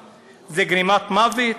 זה ניסיון רצח, זה גרימת מוות,